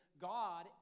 God